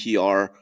PR